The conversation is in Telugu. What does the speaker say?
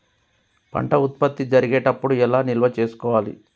పంట ఉత్పత్తి జరిగేటప్పుడు ఎలా నిల్వ చేసుకోవాలి?